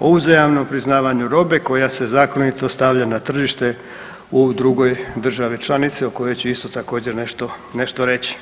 o uzajamnom priznavanju robe koja se zakonito stavlja na tržište u drugoj državi članici o kojoj ću isto također, nešto reći.